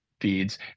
feeds